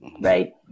right